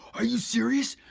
are you serious?